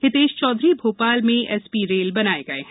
Hitesh Chaudhary Bhopal में SP rail बनाए गए हैं